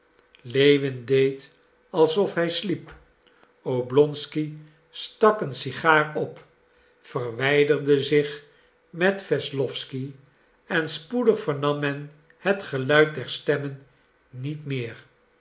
lewin deed alsof hij sliep oblonsky stak een sigaar op verwijderde zich met wesslowsky en spoedig vernam men het geluid der stemmen niet meer